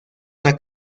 una